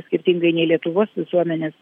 skirtingai nei lietuvos visuomenės